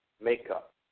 makeup